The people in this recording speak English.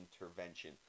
intervention